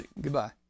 Goodbye